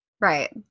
right